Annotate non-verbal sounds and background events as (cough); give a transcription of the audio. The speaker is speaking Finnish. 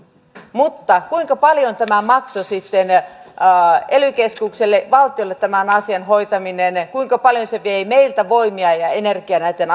mutta kuinka paljon maksoi sitten ely keskukselle valtiolle tämän asian hoitaminen kuinka paljon vei meiltä voimia ja energiaa näitten (unintelligible)